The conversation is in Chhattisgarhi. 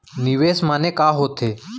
निवेश माने का होथे?